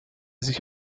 sich